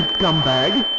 scumbag.